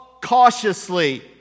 cautiously